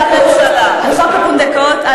חוק הפונדקאות,